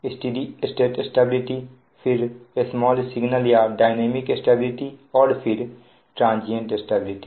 study state stability फिर small signal या dynamic stability और फिर ट्रांजियंट स्टेबिलिटी